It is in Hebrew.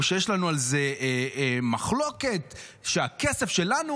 או שיש לנו על זה מחלוקת שהכסף שלנו,